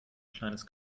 kleines